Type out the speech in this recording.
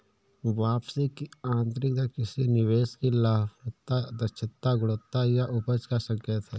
वापसी की आंतरिक दर किसी निवेश की लाभप्रदता, दक्षता, गुणवत्ता या उपज का संकेत है